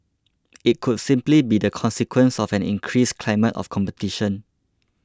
it could simply be the consequence of an increased climate of competition